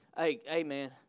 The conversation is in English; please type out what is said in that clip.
amen